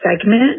segment